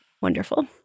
Wonderful